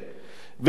ולכן כפי